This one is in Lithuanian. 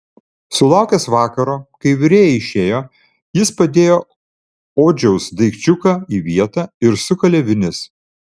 sulaukęs vakaro kai virėja išėjo jis padėjo odžiaus daikčiuką į vietą ir sukalė vinis